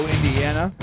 Indiana